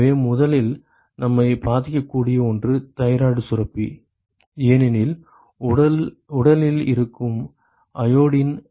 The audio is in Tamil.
எனவே முதலில் நம்மைப் பாதிக்கக்கூடிய ஒன்று தைராய்டு சுரப்பி ஏனெனில் உடலில் இருக்கும் அயோடின்